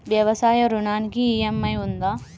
వ్యవసాయ ఋణానికి ఈ.ఎం.ఐ ఉందా?